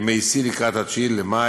ימי שיא לקראת 9 במאי,